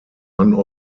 one